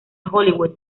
hollywood